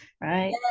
right